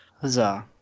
Huzzah